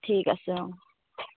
ঠিক আছে অ